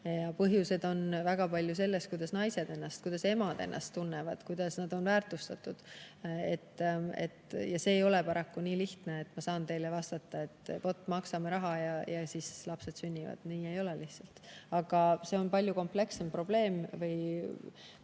Põhjused on väga palju selles, kuidas naised, kuidas emad ennast tunnevad, kuidas nad on väärtustatud. See ei ole paraku nii lihtne, et ma saan teile vastata, et vot, maksame raha ja siis lapsed sünnivad. Nii ei ole lihtsalt. See on palju komplekssem probleem või